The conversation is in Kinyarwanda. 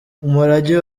umurage